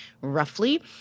roughly